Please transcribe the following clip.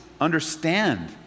understand